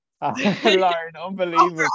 Unbelievable